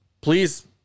please